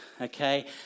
okay